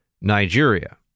Nigeria